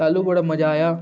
तैह्लूं बड़ा मजा आया